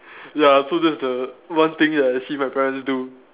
ya so that's the one thing that I see my parent do